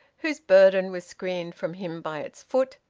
whose burden was screened from him by its foot,